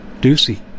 Ducey